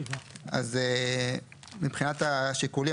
אז מבחינת השיקולים,